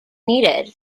needed